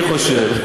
אני חושב,